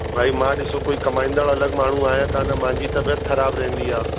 भाई मां ॾिसो कोई कमाईंदव अलॻि माण्हू आया कान मांजी तबियत ख़राबु रहंदी आहे